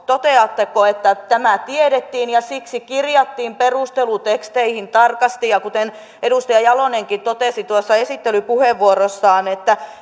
toteatteko että tämä tiedettiin ja siksi kirjattiin perusteluteksteihin tarkasti ja kuten edustaja jalonenkin totesi esittelypuheenvuorossaan että